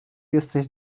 jesteś